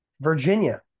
Virginia